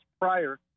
prior